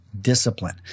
discipline